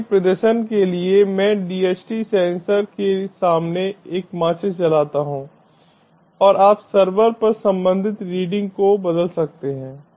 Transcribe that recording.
इसलिए प्रदर्शन के लिए मैं DHT सेंसर के सामने एक माचिस जलाता हूं और आप सर्वर पर संबंधित रीडिंग को बदल सकते हैं